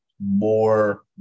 more